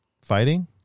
Fighting